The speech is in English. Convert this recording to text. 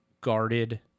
guarded